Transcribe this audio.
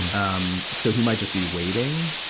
and um so he might just be waiting.